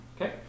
Okay